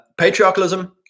patriarchalism